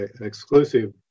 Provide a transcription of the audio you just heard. exclusive